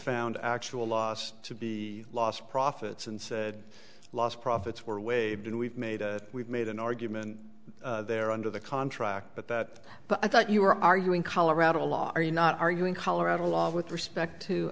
found actual loss to be lost profits and said lost profits were waived and we've made we've made an argument there under the contract but that but i thought you were arguing colorado law are you not arguing colorado law with respect to